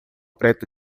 preto